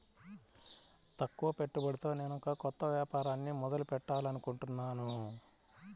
తక్కువ పెట్టుబడితో నేనొక కొత్త వ్యాపారాన్ని మొదలు పెట్టాలనుకుంటున్నాను